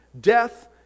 death